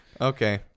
Okay